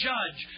Judge